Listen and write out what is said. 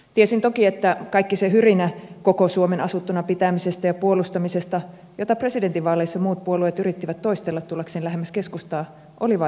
tiesin toki että kaikki se hyrinä koko suomen asuttuna pitämisestä ja puolustamisesta jota presidentinvaaleissa muut puolueet yrittivät toistella tullakseen lähemmäs keskustaa oli vailla sisältöä